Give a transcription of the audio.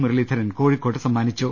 മുരളീധരൻ കോഴിക്കോട്ട് സമാപിച്ചു